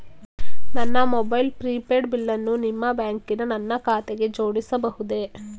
ನನ್ನ mobile prepaid ಬಿಲ್ಲನ್ನು ನಿಮ್ಮ ಬ್ಯಾಂಕಿನ ನನ್ನ ಖಾತೆಗೆ ಜೋಡಿಸಬಹುದೇ?